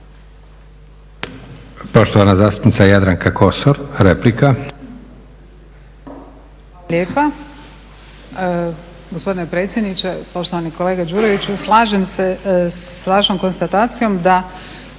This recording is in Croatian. Poštovana zastupnica Jadranka Kosor, replika.